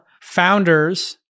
founders